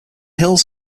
hills